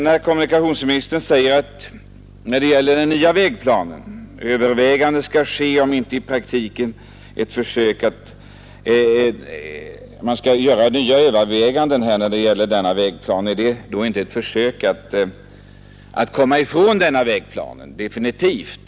När kommunikationsministern säger att man skall göra ytterligare överväganden i fråga om den nya vägplanen, är det då inte ett försök att komma ifrån vägplanen definitivt?